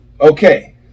okay